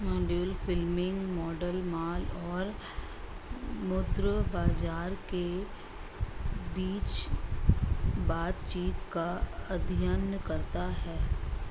Mundell Fleming model माल और मुद्रा बाजार के बीच बातचीत का अध्ययन करता है